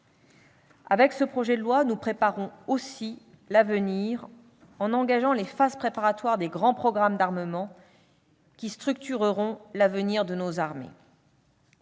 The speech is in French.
Avec ce projet de loi, nous préparons aussi l'avenir en engageant les phases préparatoires des grands programmes d'armement qui structureront l'avenir de nos armées